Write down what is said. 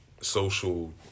social